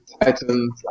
Titans